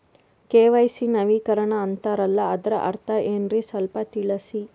KYC ನವೀಕರಣ ಅಂತಾರಲ್ಲ ಅದರ ಅರ್ಥ ಏನ್ರಿ ಸ್ವಲ್ಪ ತಿಳಸಿ?